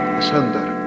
asunder